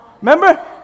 Remember